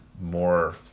more